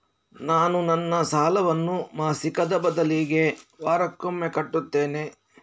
ನಾನು ನನ್ನ ಸಾಲವನ್ನು ಮಾಸಿಕದ ಬದಲಿಗೆ ವಾರಕ್ಕೊಮ್ಮೆ ಕಟ್ಟುತ್ತೇನೆ